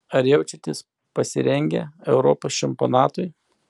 ar jaučiatės pasirengę europos čempionatui